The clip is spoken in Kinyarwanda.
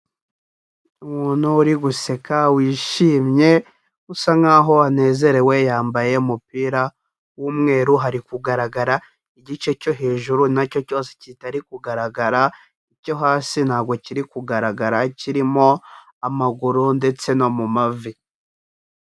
Umuntu uri guseka wishimye, usa nkaho anezerewe, yambaye umupira w'umweru, hari kugaragara igice cyo hejuru, na cyo cyose kitari kugaragara, icyo hasi ntabwo kiri kugaragara kirimo amaguru ndetse no mu mavi.